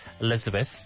Elizabeth